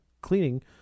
cleaning